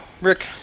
Rick